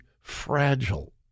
fragile